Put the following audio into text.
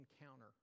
encounter